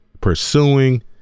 pursuing